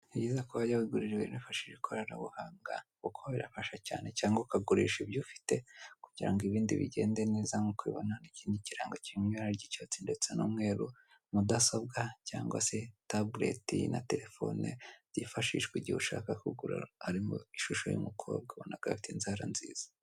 Ni byiza ko wajya wigurira ibintu wifashishije ikoranabuhanga kuko birafasha cyane, cyangwa ukagurisha ibyo ufite kugira ngo ibindi bigende neza nk'uko ubinona hari ikindi kirango kiri mu amabara y'icyatsi ndetse n'umweru, mudasobwa cyangwa se tabuleti na telefone byifashishwa mu gihe ushaka kugura, harimo ishusho y'umukobwa ubona ko afite inzara nziza.